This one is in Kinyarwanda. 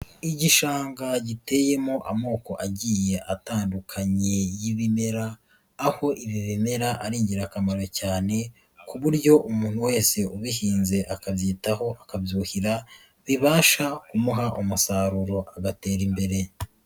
Igishanga giteyemo amoko agiye atandukanye y'ibimera, aho ibi bimera ari ingirakamaro cyane ku buryo umuntu wese ubihinze akabyitaho akabyuhira bibasha kumuha umusaruro agatera imbere.